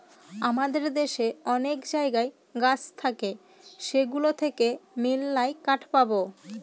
আমাদের দেশে অনেক জায়গায় গাছ থাকে সেগুলো থেকে মেললাই কাঠ পাবো